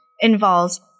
involves